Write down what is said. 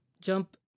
jump